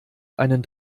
einen